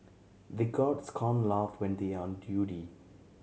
the guards can't laugh when they are on duty